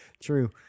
True